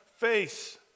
face